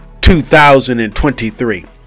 2023